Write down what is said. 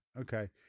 okay